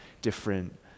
different